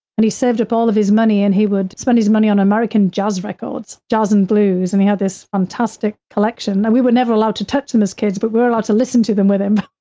and he saved up all of his money, and he would spend his money on american jazz records, jazz and blues, and he had this fantastic collection, and we were never allowed to touch them as kids, but we were allowed to listen to them with him,